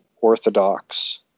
Orthodox